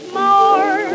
more